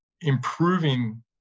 improving